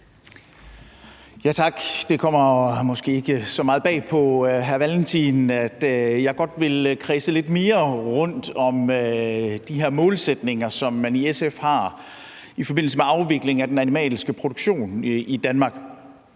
Tak. Det kommer måske ikke så meget bag på hr. Carl Valentin, at jeg godt vil kredse lidt mere rundt om de her målsætninger, som man har i SF i forbindelse med afvikling af den animalske produktion i Danmark.